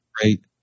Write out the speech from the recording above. great